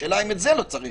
השאלה אם את זה לא צריך